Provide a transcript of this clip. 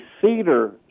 Cedar